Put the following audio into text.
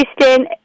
Houston